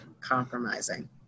compromising